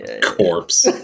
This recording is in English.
corpse